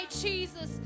Jesus